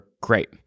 great